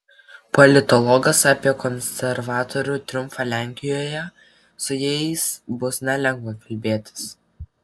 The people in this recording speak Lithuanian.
politologas apie konservatorių triumfą lenkijoje su jais bus nelengva kalbėtis